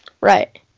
right